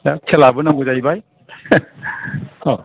दा खेलाआबो नांगौ जाहैबाय